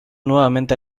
nuevamente